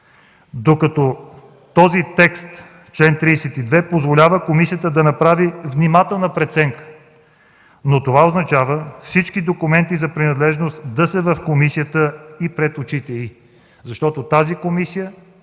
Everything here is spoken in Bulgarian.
докато този чл. 32 позволява комисията да направи внимателна преценка. Но това означава всички документи за принадлежност да са в комисията и пред очите й. Защото тази комисия